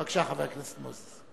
בבקשה, חבר הכנסת מוזס.